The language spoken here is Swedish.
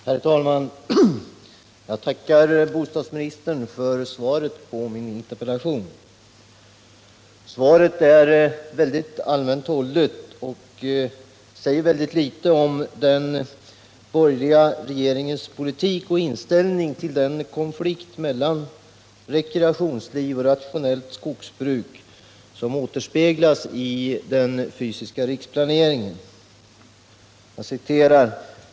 Herr talman! Jag tackar bostadsministern för svaret på min interpellation. Svaret är allmänt hållet och säger väldigt litet om den borgerliga regeringens politik och inställning till den konflikt mellan rekreationsliv och rationellt skogsbruk som återspeglas i den fysiska riksplaneringen.